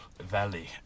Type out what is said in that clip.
valley